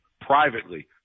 privately